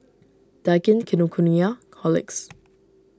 Daikin Kinokuniya Horlicks